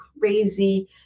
crazy